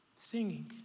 Singing